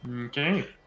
Okay